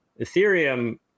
Ethereum